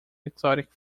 exotic